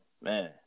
man